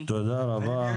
תודה רבה.